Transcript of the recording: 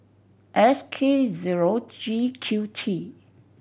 S K zero G Q T